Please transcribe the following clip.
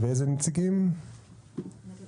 נגב